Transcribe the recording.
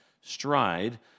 stride